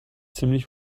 ziemlich